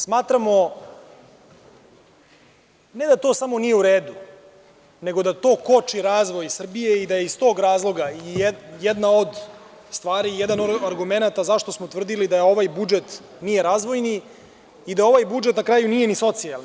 Smatramo, ne da to samo nije u redu, nego da to koči razvoj Srbije i da je iz tog razloga jedna od stvari, jedan od argumenata zašto smo tvrdili da ovaj budžet nije razvojni i da ovaj budžet, na kraju, nije ni socijalni.